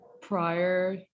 prior